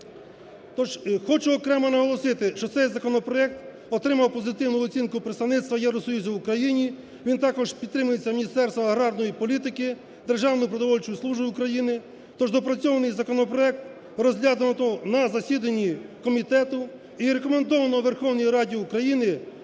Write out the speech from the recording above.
Тож хочу окремо наголосити, що цей законопроект отримав позитивну оцінку представництва Євросоюзу в Україні. Він також підтримується Міністерством аграрної політики, Державною продовольчою службою України. Тож доопрацьований законопроект розглянуто на засіданні комітету і рекомендовано Верховній Раді України